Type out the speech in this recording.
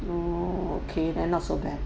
oh okay then not so bad